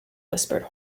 whispered